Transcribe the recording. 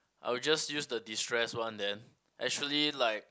I will just use the destress one then actually like